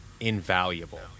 Invaluable